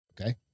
Okay